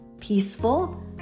peaceful